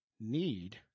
need